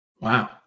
Wow